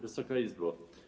Wysoka Izbo!